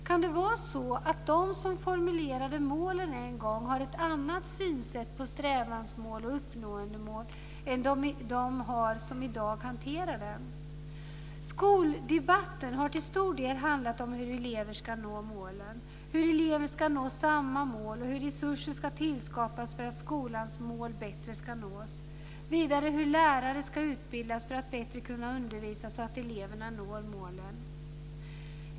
Kan det vara så att de som en gång formulerade målen har ett annat synsätt på strävansmål och uppnåendemål än de som i dag hanterar dem? Skoldebatten har till stor del handlat om hur elever ska nå målen, hur elever ska nå samma mål och hur resurser ska tillskapas för att skolans mål bättre ska nås. Vidare har den handlat om hur lärare ska utbildas för att bättre kunna undervisa så att eleverna når målen.